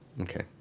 Okay